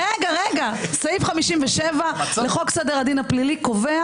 רגע, רגע, סעיף 57 לחוק סדר הדין הפלילי קובע